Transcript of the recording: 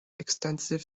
extensive